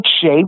shape